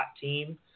team